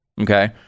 Okay